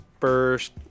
first